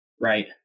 right